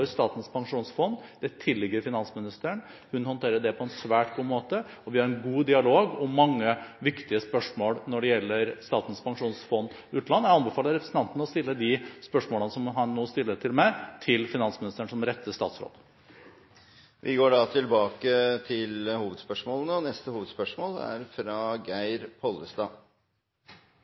Statens pensjonsfond tilligger finansministeren. Hun håndterer det på en svært god måte, og vi har en god dialog om mange viktige spørsmål når det gjelder Statens pensjonsfond utland. Jeg anbefaler representanten å stille de spørsmålene som han nå stiller til meg, til finansministeren, som rette statsråd. Vi går videre til neste hovedspørsmål. Mitt spørsmål går til landbruks- og